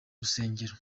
rusengero